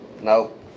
Nope